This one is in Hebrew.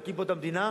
להקים פה את המדינה,